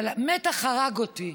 אבל המתח הרג אותי.